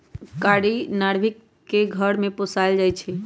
कारी नार्भिक के घर में पोशाल जाइ छइ